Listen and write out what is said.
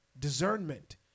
discernment